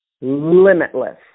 limitless